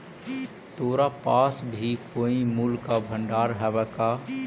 तोरा पास भी कोई मूल्य का भंडार हवअ का